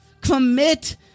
commit